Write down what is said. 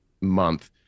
month